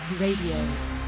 Radio